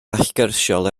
allgyrsiol